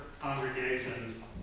congregations